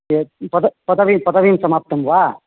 ए पद पदवीं पदवीं समाप्ता वा